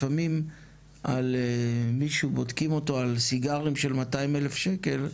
לפעמים על מישהו בודקים אותו על סיגרים של 200,000 שקל,